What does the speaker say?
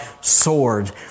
sword